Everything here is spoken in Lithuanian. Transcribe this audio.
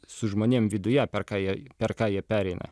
su žmonėm viduje per kai per ką jie pereina